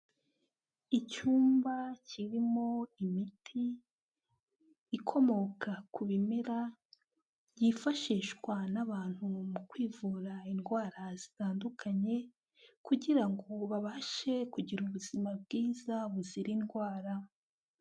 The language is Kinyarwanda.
Icyumba kirimo imiti ikomoka ku bimera, byifashishwa n'abantu mu kwivura indwara zitandukanye kugira ngo babashe kugira ubuzima bwiza buzira indwara.